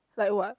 like what